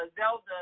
Zelda